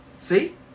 See